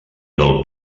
del